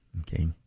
okay